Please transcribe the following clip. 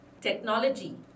technology